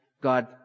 God